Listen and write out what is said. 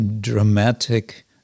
dramatic